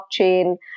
blockchain